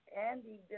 Andy